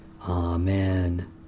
Amen